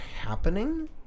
happening